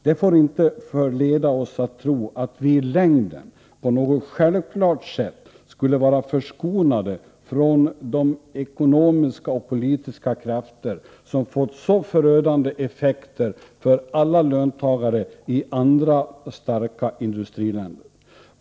Det får inte förleda oss att tro att vi i längden på något självklart sätt skulle vara förskonade från de ekonomiska och politiska krafter som fått så förödande effekter för alla löntagare i andra starka industriländer.